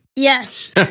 Yes